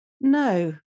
No